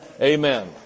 Amen